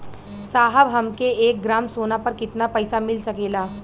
साहब हमके एक ग्रामसोना पर कितना पइसा मिल सकेला?